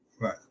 Right